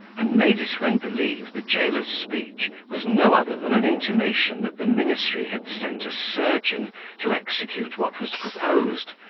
and made his friend believe the jailer's speech was no other than an intimation that the ministry had sent a surgeon to execute what was proposed,